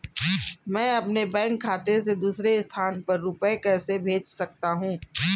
मैं अपने बैंक खाते से दूसरे स्थान पर रुपए कैसे भेज सकता हूँ?